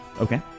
Okay